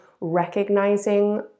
recognizing